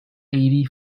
eighty